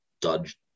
dodge